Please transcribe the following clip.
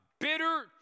bitter